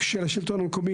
של השלטון המקומי,